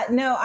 no